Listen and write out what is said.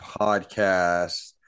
podcast